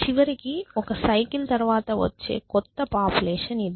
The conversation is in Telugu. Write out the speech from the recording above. చివరికి ఒక సైకిల్ తర్వాత వచ్చే కొత్త పాపులేషన్ ఇది